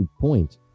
Point